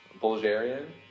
Bulgarian